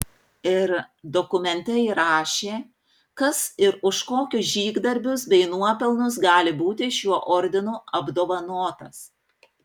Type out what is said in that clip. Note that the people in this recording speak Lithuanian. ir dokumente įrašė kas ir už kokius žygdarbius bei nuopelnus gali būti šiuo ordinu apdovanotas